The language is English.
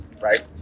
Right